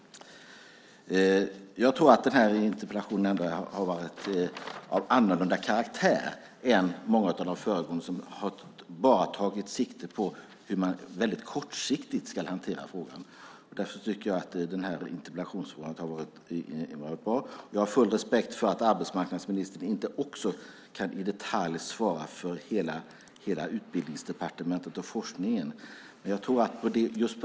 Jag tycker ändå att den här interpellationen har varit av annorlunda karaktär än många av de föregående som bara har tagit sikte på hur man kortsiktigt ska hantera frågan. Därför tycker jag att interpellationssvaret har varit bra. Jag har full respekt för att arbetsmarknadsministern inte också i detalj kan svara för hela Utbildningsdepartementet och forskningen.